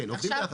עכשיו,